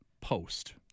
Post